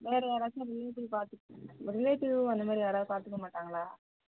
வேறு யாராச்சும் ரிலேட்டிவ் பார்த்துக்க ரிலேட்டிவ் அந்தமாதிரி யாராவது பார்த்துக்கமாட்டாங்களா